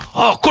oh